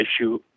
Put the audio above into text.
issue